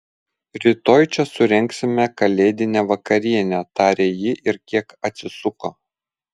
rytoj čia surengsime kalėdinę vakarienę tarė ji ir kiek atsisuko